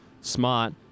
smart